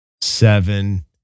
seven